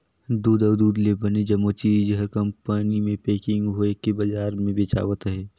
दूद अउ दूद ले बने जम्मो चीज हर कंपनी मे पेकिग होवके बजार मे बेचावत अहे